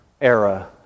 era